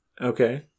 Okay